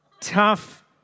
tough